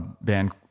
band